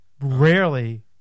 rarely